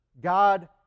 God